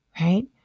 Right